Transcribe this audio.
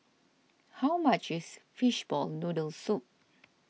how much is Fishball Noodle Soup